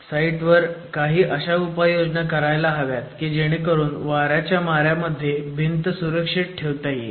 site वर काही अशा उपाययोजना करायला हव्यात की जेणेकरून वार्याच्या मार्यामध्ये भिंत सुरक्षित ठेवता येईल